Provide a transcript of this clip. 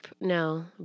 No